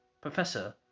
Professor